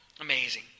Amazing